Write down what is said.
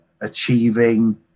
achieving